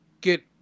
get